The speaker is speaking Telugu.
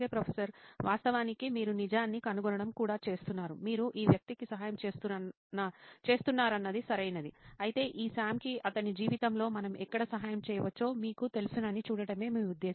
ప్రొఫెసర్ వాస్తవానికి మీరు నిజాన్ని కనుగొనడం కూడా చేస్తున్నారు మీరు ఈ వ్యక్తికి సహాయం చేస్తున్నారన్నది సరైనది అయితే ఈ సామ్కి అతని జీవితంలో మనం ఎక్కడ సహాయం చేయవచ్చో మీకు తెలుసని చూడటమే మీ ఉద్దేశ్యం